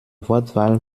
wortwahl